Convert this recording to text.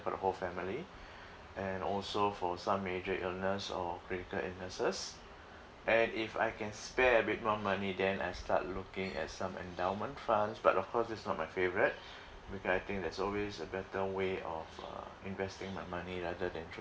for the whole family and also for some major illness or critical illnesses and if I can spare a bit more money then I start looking at some endowment funds but of course this is not my favourite because I think there's always a better way of uh investing my money rather than through